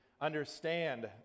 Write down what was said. understand